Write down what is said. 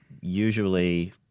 usually